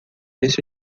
este